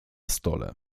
stole